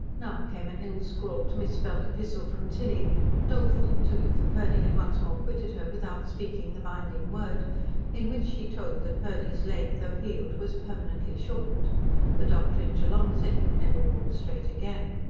now came an ill-scrawled, misspelt epistle from tilly doleful, too, for purdy had once more quitted her without speaking the binding word in which she told that purdy's leg, though healed, was permanently shortened the doctor in geelong said he would never walk straight again.